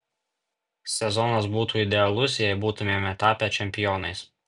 sezonas būtų idealus jei būtumėme tapę čempionais